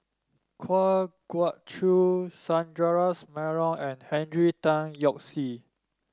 Kwa Geok Choo Sundaresh Menon and Henry Tan Yoke See